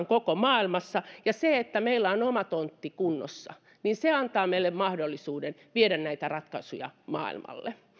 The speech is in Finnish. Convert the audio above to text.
koko maailmassa ja se että meillä on oma tontti kunnossa antaa meille mahdollisuuden viedä näitä ratkaisuja maailmalle